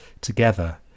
together